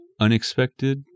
unexpected